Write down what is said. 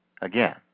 Again